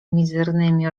mizernymi